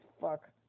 fuck